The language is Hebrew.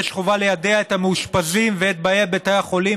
ויש חובה לידע את המאושפזים ואת באי בתי החולים